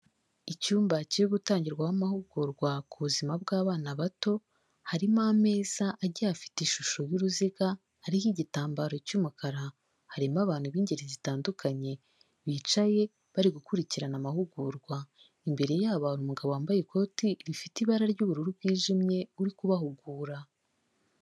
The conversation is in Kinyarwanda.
Icyumba kiri gutangirwamo amahugurwa ku buzima bw'abana bato, harimo ameza agiye afite ishusho y'uruziga, ariho igitambaro cy'umukara. Harimo abantu b'ingeri zitandukanye, bicaye bari gukurikirana amahugurwa. Imbere yabo hari umugabo wambaye ikoti rifite ibara ry'ubururu bwijimye uri kubahugura.